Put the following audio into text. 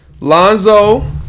Lonzo